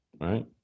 right